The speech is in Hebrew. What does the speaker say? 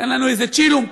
תן לנו איזה צ'ילום,